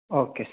okay sir